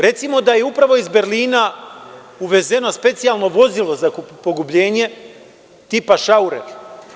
Recimo, da je upravo iz Berlina uvezeno specijalno vozilo za pogubljenje tipa „šaureh“